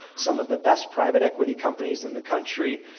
some of the best private equity companies in the country,